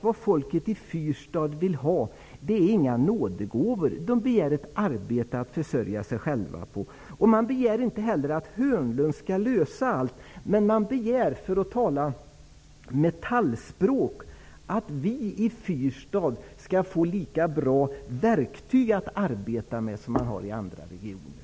Vad folket i Fyrstadsområdet vill ha är inga nådegåvor. De begär ett arbete att försörja sig själva på. De begär inte heller att Börje Hörnlund skall lösa allt. Men de begär, för att tala Metalls språk, att de skall få lika bra verktyg att arbeta med i Fyrstadsregionen som man har i andra regioner.